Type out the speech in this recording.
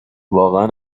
واقعا